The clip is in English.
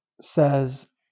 says